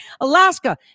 Alaska